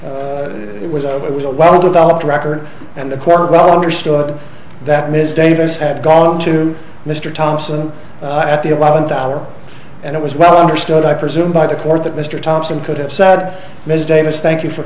taken it was over it was a well developed record and the court well understood that ms davis had gone to mr thompson at the eleventh hour and it was well understood i presume by the court that mr thompson could have said ms davis thank you for